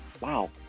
Wow